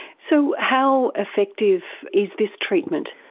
so how effective is this treatment?